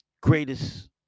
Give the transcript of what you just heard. greatest